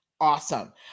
Awesome